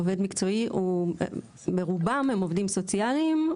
עובד מקצועי ברובם הם עובדים סוציאליים.